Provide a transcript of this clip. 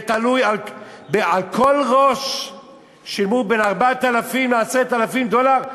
ועל כל ראש שילמו בין 4,000 ל-10,000 דולר,